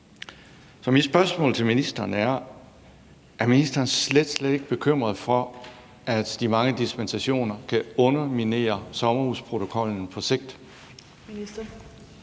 mit spørgsmål til ministeren er: Er ministeren slet, slet ikke bekymret for, at de mange dispensationer kan underminere sommerhusprotokollen på sigt?